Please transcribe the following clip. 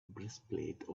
breastplate